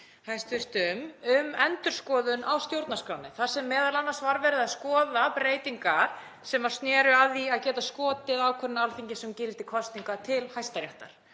um endurskoðun á stjórnarskránni þar sem m.a. var verið að skoða breytingar sem sneru að því að geta skotið ákvörðun Alþingis um gildi kosninga til Hæstaréttar.